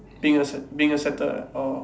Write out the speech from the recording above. being accept~ being accepted ah orh